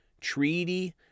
treaty